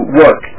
work